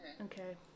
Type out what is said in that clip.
Okay